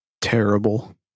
terrible